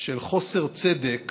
של חוסר צדק